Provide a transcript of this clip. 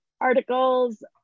articles